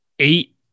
Eight